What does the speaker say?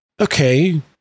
Okay